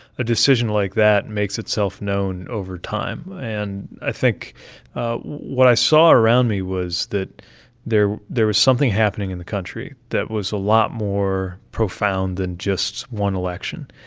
a decision like that makes itself known over time. and i think what i saw around me was that there there was something happening in the country that was a lot more profound than just one election,